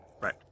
right